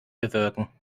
bewirken